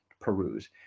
peruse